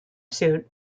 suit